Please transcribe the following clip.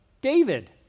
David